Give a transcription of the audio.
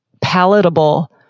palatable